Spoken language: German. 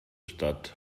stadt